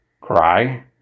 cry